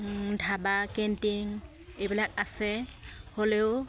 dhaba canteen এইবিলাক আছে হ'লেও